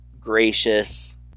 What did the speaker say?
gracious